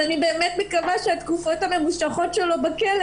אני באמת מקווה שהתקופות הממושכות שלו בכלא